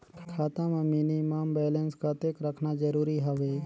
खाता मां minimum balance कतेक रखना जरूरी हवय?